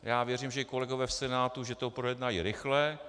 Já věřím, že kolegové v Senátu to projednají rychle.